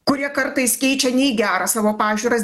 kurie kartais keičia ne į gera savo pažiūras